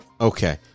Okay